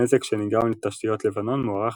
הנזק שנגרם לתשתיות לבנון מוערך